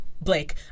Blake